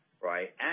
right